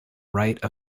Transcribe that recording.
rite